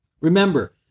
Remember